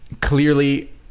clearly